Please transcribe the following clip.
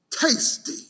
tasty